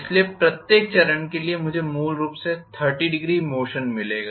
इसलिए प्रत्येक चरण के लिए मुझे मूल रूप से 300 मोशन मिलेगा